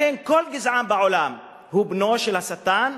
לכן כל גזען בעולם הוא בנו של השטן,